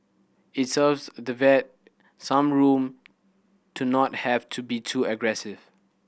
it solves the wed some room to not have to be too aggressive